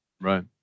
Right